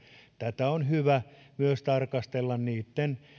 tätä on hyvä myös tarkastella niitten